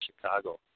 Chicago